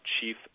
Chief